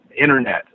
internet